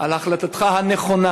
על החלטתך הנכונה